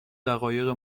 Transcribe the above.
دقایق